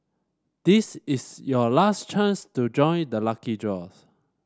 this is your last chance to join the lucky draw